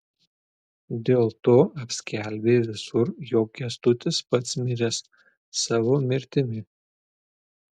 dėlto apskelbė visur jog kęstutis pats miręs savo mirtimi